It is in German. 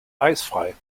eisfrei